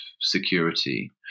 security